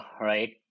right